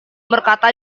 berkata